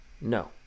No